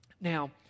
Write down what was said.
Now